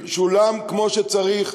שולם כמו שצריך,